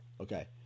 Okay